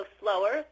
slower